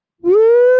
Woo